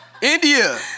India